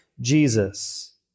Jesus